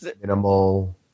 minimal